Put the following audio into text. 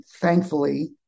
thankfully